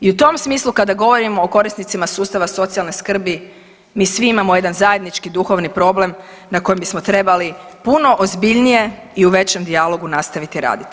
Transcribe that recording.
I u tom smislu kada govorimo o korisnicima sustava socijalne skrbi mi svi imamo jedan zajednički duhovni problem na kojem bismo trebali puno ozbiljnije i u većem dijalogu nastaviti raditi.